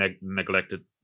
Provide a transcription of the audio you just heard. neglected